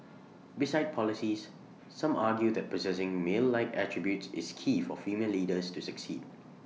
besides policies some argue that possessing male like attributes is key for female leaders to succeed